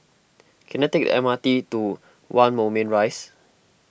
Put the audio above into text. can I take the M R T to one Moulmein Rise